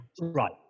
Right